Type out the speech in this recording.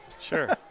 Sure